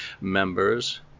members